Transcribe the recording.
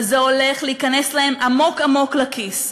וזה הולך להיכנס להם עמוק-עמוק לכיס.